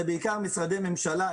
זה בעיקר משרדי ממשלה,